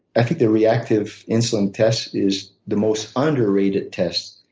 i think the reactive insulin test is the most under rated test